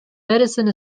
medicine